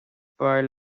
fearr